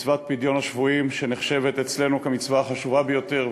מצוות פדיון שבויים נחשבת אצלנו למצווה החשובה ביותר,